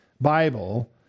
Bible